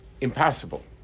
impossible